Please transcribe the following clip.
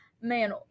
man